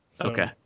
Okay